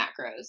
macros